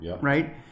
right